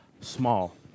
small